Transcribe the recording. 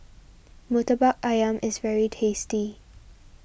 Murtabak Ayam is very tasty